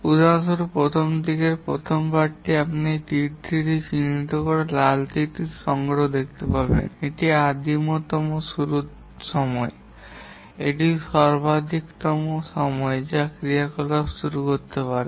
উদাহরণস্বরূপ প্রথম দিকের প্রথম বারটি আপনি এখানে তীর চিহ্নটি এখানে লাল তীর চিহ্নটি দেখতে পাবেন এটি আদিতম শুরুর সময় এটি সর্বাধিকতম সময় যা ক্রিয়াকলাপ শুরু করতে পারে